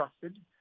trusted